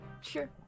Sure